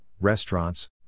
restaurants